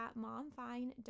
momfine.com